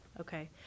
okay